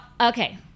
okay